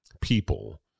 people